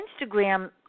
instagram